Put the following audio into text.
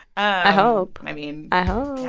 i hope i mean. i hope yeah,